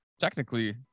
technically